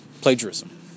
plagiarism